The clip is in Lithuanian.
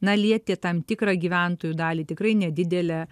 na lieti tam tikrą gyventojų dalį tikrai nedidelę